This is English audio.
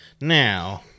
Now